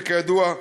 וכידוע,